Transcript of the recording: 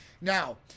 Now